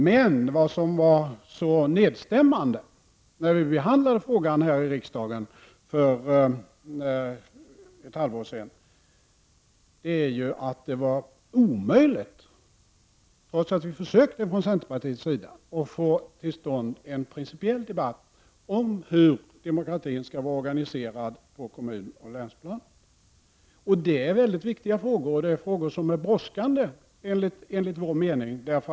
Men det som var så nedstämmande, när vi behandlade frågan här i riksdagen för ett halvår sedan, var att det var omöjligt, trots att vi från centerpartiets sida försökte, att få till stånd en principiell debatt om hur demokratin skall vara organiserad på kommunoch länsplanet. Det är mycket viktiga frågor och det är frågor som är brådskande, enligt vår mening.